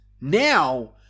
Now